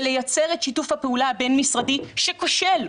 ולייצר את שיתוף הפעולה הבין-משרדי שכושל,